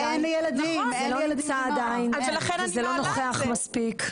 זה לא נמצא עדיין וזה לא נוכח מספיק.